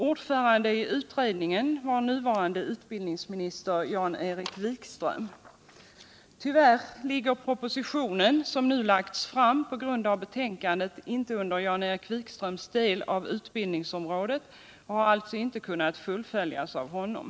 Ordförande i utredningen var nuvarande utbildningsministern Jan-Erik Wikström. Ty värr hör propositionen, som nu lagts fram på grund av betänkandet, inte vill Jan-Erik Wikströms del av utbildningsområdet och har alltså inte kunnat 120 fullföljas av honom.